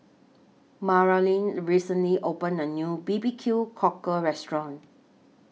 Maralyn recently opened A New B B Q Cockle Restaurant